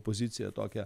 pozicija tokia